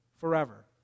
forever